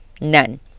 None